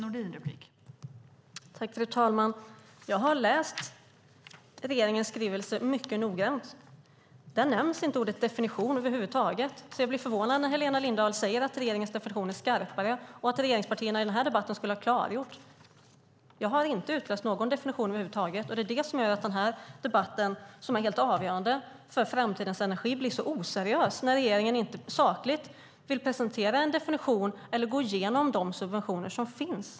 Fru talman! Jag har läst regeringens skrivelse mycket noggrant. Där nämns inte ordet definition över huvud taget, så jag blir förvånad när Helena Lindahl säger att regeringens definition är skarpare och att regeringspartierna i den här debatten skulle ha klargjort det. Jag har inte utläst någon definition över huvud taget, och det är det som gör att den här debatten, som är helt avgörande för framtidens energi, blir så oseriös, nämligen att regeringen inte sakligt vill presentera en definition eller gå igenom de subventioner som finns.